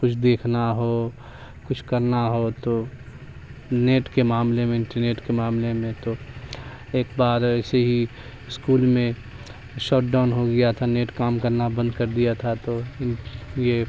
کچھ دیکھنا ہو کچھ کرنا ہو تو نیٹ کے معاملے میں انٹرنیٹ کے معاملے میں تو ایک بار ایسے ہی اسکول میں شٹ ڈاؤن ہو گیا تھا نیٹ کام کرنا بند کر دیا تھا تو یہ